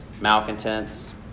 malcontents